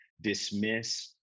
dismiss